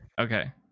Okay